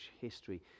history